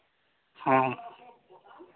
ᱦᱮᱸ